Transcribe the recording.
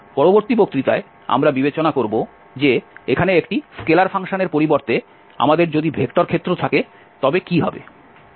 পরবর্তী বক্তৃতায় আমরা বিবেচনা করব যে এখানে একটি স্কেলার ফাংশনের পরিবর্তে আমাদের যদি ভেক্টর ক্ষেত্র থাকে তবে কী হবে